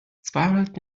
zweihundert